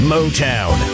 Motown